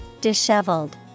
Disheveled